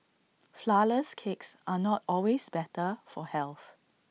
Flourless Cakes are not always better for health